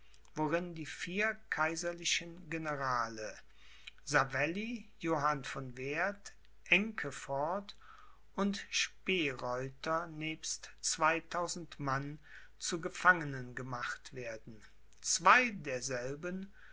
worin die vier kaiserlichen generale savelli johann von werth enkeford und speereuter nebst zweitausend mann zu gefangenen gemacht werden zwei derselben